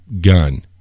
gun